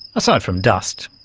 aside from dust,